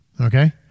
Okay